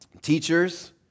teachers